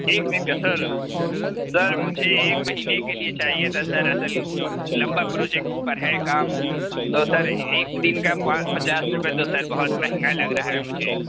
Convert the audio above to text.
ایک دِن کا سر سر مجھے ایک مہینے کے لیے چاہیے تھا سر اصل لمبا پروجکٹ پر ہے کام اور سر ایک دِن کا پانچ پچاس روپیہ تو سر بہت مہنگا لگ رہا ہے مجھے